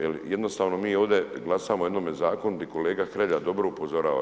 Jer jednostavno mi ovdje glasamo o jednome zakonu gdje kolega Hrelja dobro upozorava.